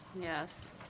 Yes